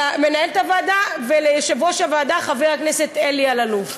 למנהלת הוועדה וליושב-ראש הוועדה חבר הכנסת אלי אלאלוף.